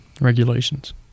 regulations